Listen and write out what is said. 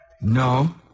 No